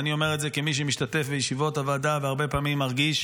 ואני אומר את זה כמי שמשתתף בישיבות הוועדה והרבה פעמים מרגיש